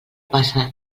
passa